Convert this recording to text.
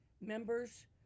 members